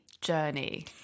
journey